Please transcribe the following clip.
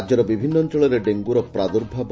ରାଜ୍ୟର ବିଭିନ୍ନ ଅଞ୍ଞଳରେ ଡେଙ୍ଗୁର ପ୍ରାଦୁର୍ଭାବ